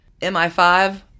MI5